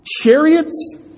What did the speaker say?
Chariots